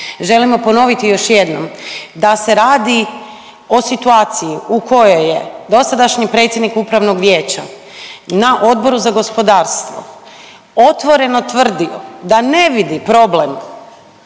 Želimo ponoviti još jednom da se radi o situaciji u kojoj je dosadašnji predsjednik Upravnog vijeća na Odboru za gospodarstvo otvoreno tvrdio da ne vidi problem